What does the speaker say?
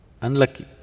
Unlucky